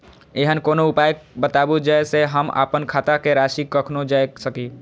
ऐहन कोनो उपाय बताबु जै से हम आपन खाता के राशी कखनो जै सकी?